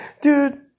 dude